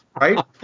right